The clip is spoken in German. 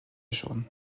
schon